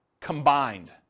combined